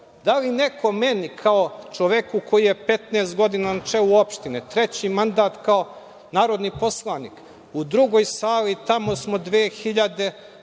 da li neko meni kao čoveku koji je 15 godina na čelu opštine, treći mandat kao narodni poslanik.U drugoj sali smo 2008.